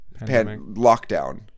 lockdown